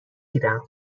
گیرم